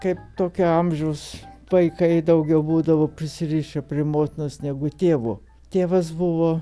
kaip tokio amžiaus vaikai daugiau būdavo prisirišę prie motinos negu tėvo tėvas buvo